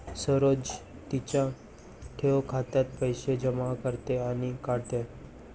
सरोज तिच्या ठेव खात्यात पैसे जमा करते आणि काढते